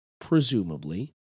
presumably